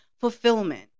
fulfillment